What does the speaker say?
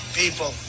people